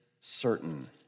certain